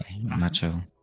Macho